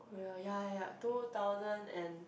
korea ya ya ya two thousand and